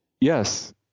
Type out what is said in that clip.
yes